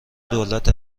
دولت